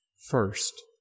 First